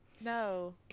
No